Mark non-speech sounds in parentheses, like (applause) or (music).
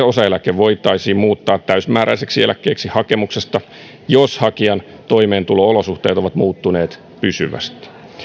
(unintelligible) osaeläke voitaisiin muuttaa täysimääräiseksi eläkkeeksi hakemuksesta jos hakijan toimeentulo olosuhteet ovat muuttuneet pysyvästi